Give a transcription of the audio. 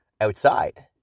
outside